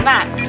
Max